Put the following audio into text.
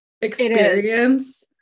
experience